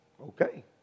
Okay